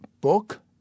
book